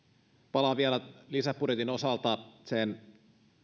palaan vielä lisäbudjetin osalta sen